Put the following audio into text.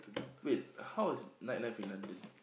wait how was night life in London